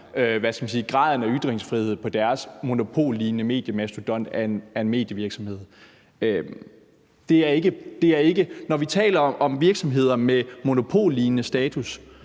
graden af ytringsfrihed på deres monopollignende mediemastodont af en medievirksomhed. Når vi taler om virksomheder med monopollignende status,